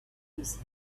his